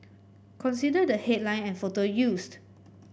consider the headline and photo used